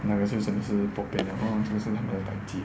ya lor 这些人是 bo bian 了 lor 是他们的 dai ji